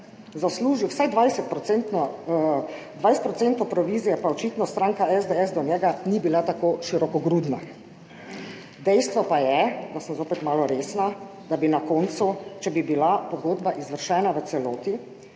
zaslužil vsaj 20 % provizije, pa očitno stranka SDS do njega ni bila tako širokogrudna. Dejstvo pa je, da sem zopet malo resna, da bi na koncu, če bi bila pogodba izvršena v celoti,